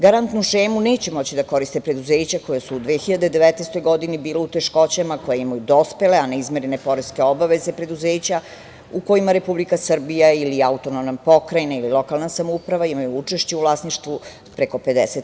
Garantnu šemu neće moći da koriste preduzeća koja su u 2019. godini bila u teškoćama, koja imaju dospele, a ne izmirene poreske obaveze preduzeća, u kojima Republika Srbija ili AP ili lokalna samouprava imaju učešće u vlasništvu preko 50%